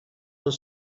were